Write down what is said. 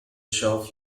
shelf